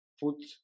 put